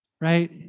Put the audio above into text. right